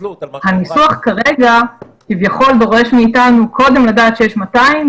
הניסוח כרגע כביכול דורש מאתנו קודם לדעת שיש 200,